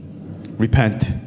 Repent